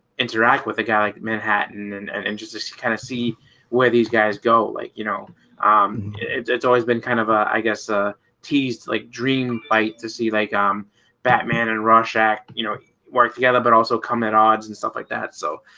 interact with a guy like manhattan and and and just kind of see where these guys go like you know um it's it's always been kind of ah i guess ah teased like dream fight to see like um batman and russia you know work together but also come at odds and stuff like that so